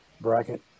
bracket